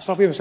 sopimus raukeaa